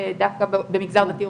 במגזר דתי,